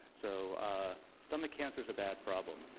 so ah stomach cancer is a bad problem.